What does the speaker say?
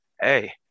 Hey